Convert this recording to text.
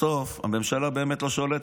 בסוף הממשלה באמת לא שולטת,